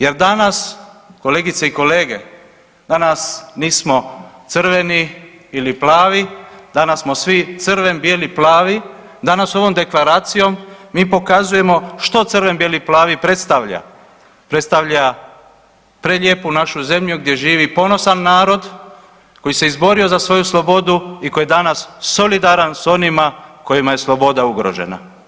Jer danas kolegice i kolege, danas nismo crveni ili plavi, danas smo svi crven, bijeli, plavi, danas ovom deklaracijom mi pokazujemo što crven, bijeli, plavi predstavlja, predstavlja prelijepu našu zemlju gdje živi ponosan narod koji se izborio za svoju slobodu i koji je danas solidaran s onima kojima je sloboda ugrožena.